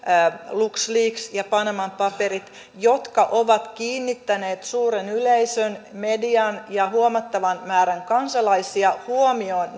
lux leaks ja panaman paperit jotka ovat kiinnittäneet suuren yleisön median ja huomattavan määrän kansalaisia huomion